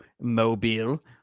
mobile